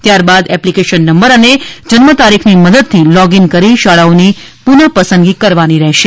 ત્યારબાદ application number અને જન્મ તારીખની મદદથી લોગ ઇન કરી શાળાઓની પુનઃ પસંદગી કરવાની રહેશે